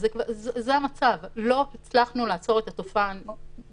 אבל זה לא מצליח לעצור את התופעה שתיארתי קודם,